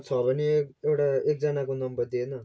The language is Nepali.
छ भने एउटा एकजनाको नम्बर दे न